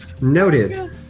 Noted